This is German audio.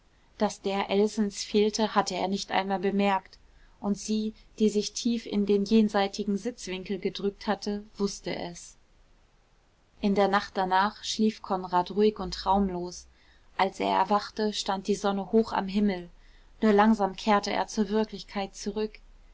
daß der elsens fehlte hatte er nicht einmal bemerkt und sie die sich tief in den jenseitigen sitzwinkel gedrückt hatte wußte es in der nacht danach schlief konrad ruhig und traumlos als er erwachte stand die sonne hoch am himmel nur langsam kehrte er zur wirklichkeit zurück